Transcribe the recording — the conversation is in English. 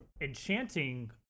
Enchanting